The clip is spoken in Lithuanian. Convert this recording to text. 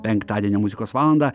penktadienio muzikos valandą